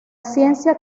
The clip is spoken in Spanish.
ciencia